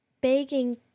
begging